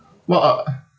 what uh